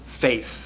Faith